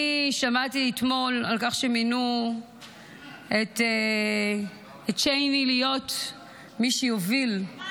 אני שמעתי אתמול על כך שמינו את צ'ייני להיות מי שיוביל --- מה,